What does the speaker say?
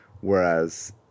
whereas